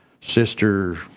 Sister